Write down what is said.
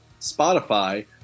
Spotify